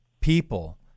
people